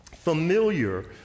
familiar